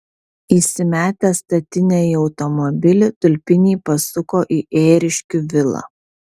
įsimetę statinę į automobilį tulpiniai pasuko į ėriškių vilą